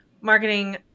marketing